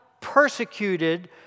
persecuted